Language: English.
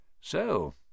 So